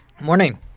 Morning